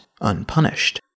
unpunished